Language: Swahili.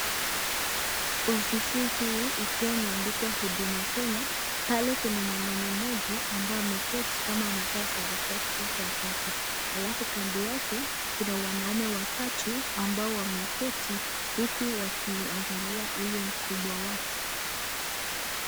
Ofisi hii ikiwa imeandikwa huduma Kenya, pale kuna mwanaume mmoja ambaye ameketi kama amevaa sare zake za kazi halafu kando yake kuna wanaume watatu huku wameketi wakiangalia huyo mkubwa wao.